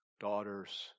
daughters